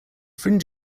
fringe